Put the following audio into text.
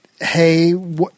Hey